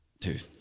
Dude